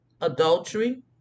adultery